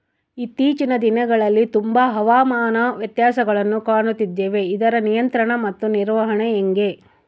ಇತ್ತೇಚಿನ ದಿನಗಳಲ್ಲಿ ತುಂಬಾ ಹವಾಮಾನ ವ್ಯತ್ಯಾಸಗಳನ್ನು ಕಾಣುತ್ತಿದ್ದೇವೆ ಇದರ ನಿಯಂತ್ರಣ ಮತ್ತು ನಿರ್ವಹಣೆ ಹೆಂಗೆ?